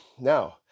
now